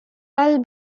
i’ll